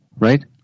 Right